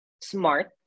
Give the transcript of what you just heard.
smart